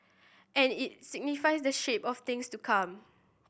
and it signifies the shape of things to come